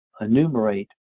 enumerate